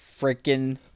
freaking